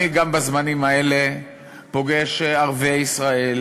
ואני גם בזמנים האלה פוגש ערביי ישראל,